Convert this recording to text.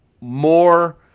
more